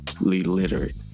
literate